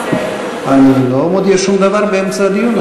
אני לא מודיע שום דבר באמצע הדיון,